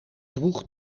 droeg